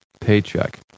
paycheck